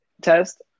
test